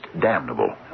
damnable